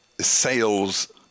sales